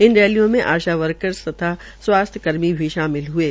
इन रैलियों में आशा कार्यकर्ता व स्वास्थ्य कर्मी भी शामिल हये